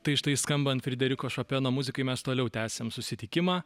tai štai skambant frederiko šopeno muzikai mes toliau tęsiam susitikimą